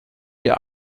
ihr